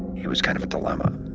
he was kind of a dilemma.